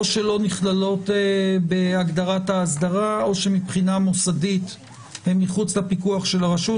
או לא נכללות בהגדרת האסדרה או מבחינה מוסדית הן מחוץ לפיקוח של הרשות.